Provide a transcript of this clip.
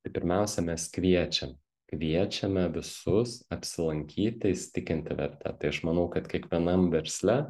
tai pirmiausia mes kviečiam kviečiame visus apsilankyti įsitikinti verte tai aš manau kad kiekvienam versle